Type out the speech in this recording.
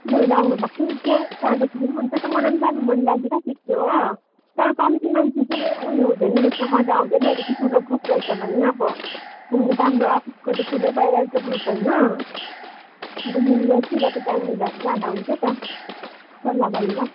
गएर आउनुभएको थियो मलाई नि जानु मन लागिराखेको थियो हो तर कम्ती मान्छे चाहिँ उयो हुँदैन रहेछ मजा आउँदैन अरे कि ठुलो ग्रुप रहेछ भने अब घुम्नु जानु राम्रो अब अफिसको त ठुलै भइहाल्छ ग्रुप होइन अन्त न्यू इयरतिर चाहिँ टाइम मिलाएर जाँदा हुन्छ त सल्लाह गरेर